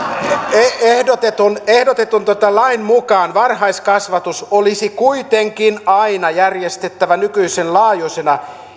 ehdotetun ehdotetun lain mukaan varhaiskasvatus olisi kuitenkin aina järjestettävä nykyisen laajuisena